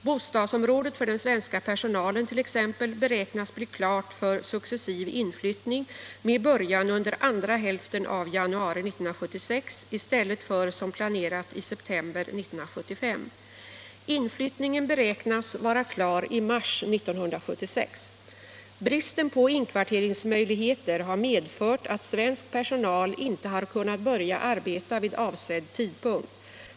Bostadsområdet för den svenska personalen t.ex. beräknas bli klart för successiv inflyttning med början under andra hälften av januari 1976 i stället för, som planerat, i september 1975. Inflyttningen beräknas vara klar i mars 1976. Bristen på inkvarteringsmöjligheter har medfört att svensk personal inte har kunnat börja arbeta vid avsedd tidpunkt.